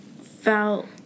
felt